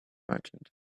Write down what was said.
merchant